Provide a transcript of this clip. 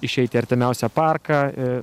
išeiti į artimiausią parką